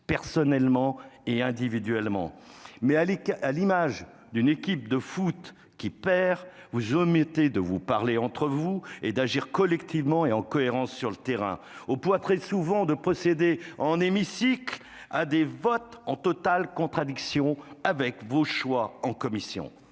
personnellement et individuellement, mais, tels les membres d'une équipe de foot qui perd, vous omettez de parler entre vous, d'agir collectivement et en cohérence sur le terrain, ... Très bonne image !... au point, très souvent, de procéder dans l'hémicycle à des votes en totale contradiction avec vos choix en commission.